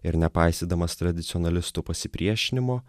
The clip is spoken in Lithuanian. ir nepaisydamas tradicionalistų pasipriešinimo